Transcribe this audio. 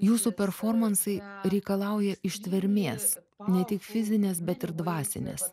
jūsų performansai reikalauja ištvermės ne tik fizinės bet ir dvasinės